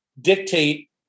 dictate